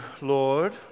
Lord